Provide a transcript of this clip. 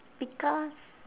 because